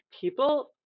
people